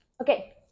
Okay